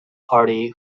party